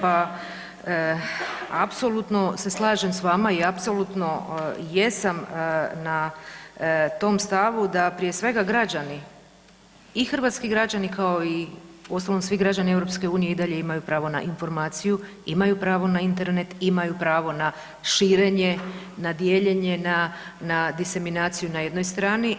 Pa apsolutno se slažem sa vama i apsolutno jesam na tom stavu da prije svega građani i hrvatski građani kao i uostalom svi građani EU i dalje imaju pravo na informaciju, imaju pravo na Internet, imaju pravo na širenje, na dijeljenje, na diseminaciju na jednoj strani.